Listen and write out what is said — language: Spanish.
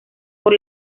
por